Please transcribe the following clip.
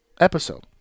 episode